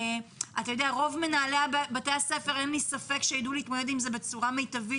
אין לי ספק שרוב מנהלי בתי הספר יידעו להתמודד עם זה בצורה מיטבית,